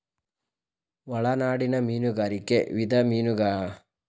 ಒಳನಾಡಿನ ಮೀನುಗಾರಿಕೆ ವಿಧ ಮೀನುಸಾಕಣೆ ಮೀನುಗಳನ್ನು ಮಾನವ ಬಳಕೆಗಾಗಿ ಟ್ಯಾಂಕ್ಗಳು ಅಥವಾ ಕೊಳಗಳಲ್ಲಿ ಬೆಳೆಸಲಾಗ್ತದೆ